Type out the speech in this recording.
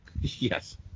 Yes